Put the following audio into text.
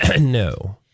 No